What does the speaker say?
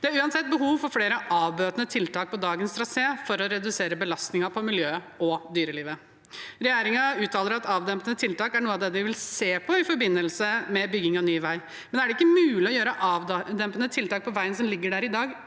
Det er uansett behov for flere avbøtende tiltak på dagens trasé for å redusere belastningen på miljøet og dyrelivet. Regjeringen uttaler at avbøtende tiltak er noe av det de vil se på i forbindelse med bygging av ny vei, men er det ikke mulig å gjøre avdempende tiltak på veien som ligger der i dag,